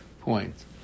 point